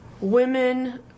women